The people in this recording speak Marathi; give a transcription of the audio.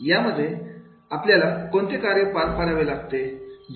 यामध्ये आपल्याला कोणते कार्य पार पाडावे लागते